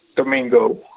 Domingo